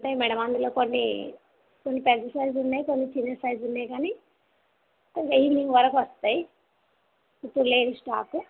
ఉంటాయి మ్యాడమ్ అందులో కొన్ని కొన్ని పెద్ద సైజ్ ఉన్నాయి కొన్ని చిన్న సైజ్ ఉన్నాయి కానీ కొంచెం ఈవెనింగ్ వరకు వస్తాయి ఇప్పుడు లేదు స్టాక్